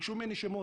שביקשו ממני שמות.